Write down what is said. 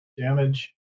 Damage